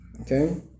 Okay